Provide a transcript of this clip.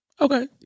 Okay